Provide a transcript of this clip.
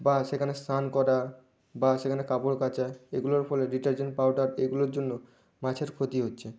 বা সেখানে স্নান করা বা সেখানে কাপড় কাচা এগুলোর ফলে ডিটারজেন্ট পাউডার এইগুলোর জন্য মাছের ক্ষতি হচ্ছে